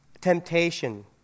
temptation